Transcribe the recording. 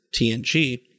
TNG